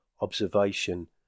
observation